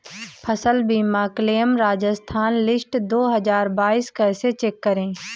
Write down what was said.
फसल बीमा claim Rajasthan list दो हज़ार बाईस कैसे चेक करें?